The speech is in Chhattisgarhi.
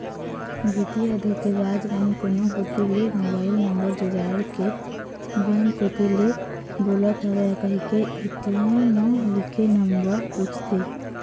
बित्तीय धोखेबाज मन कोनो कोती ले मोबईल नंबर जुगाड़ के बेंक कोती ले बोलत हव कहिके ए.टी.एम म लिखे नंबर पूछथे